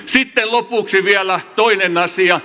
sitten lopuksi vielä yksi asia